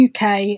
UK